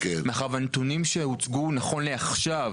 מאחר והנתונים שהוצגו נכון לעכשיו,